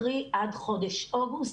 קרי עד חודש אוגוסט,